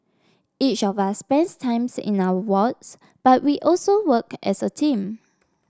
each of us spends time in our wards but we also work as a team